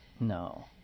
No